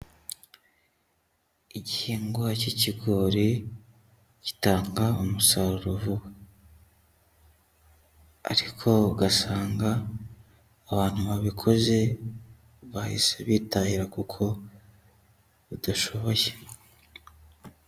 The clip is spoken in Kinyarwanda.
Igihingwa cy'ikigori gitanga umusaruro, ariko ugasanga abantu babikoze bahise bitahira kuko badashoboye.